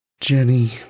Jenny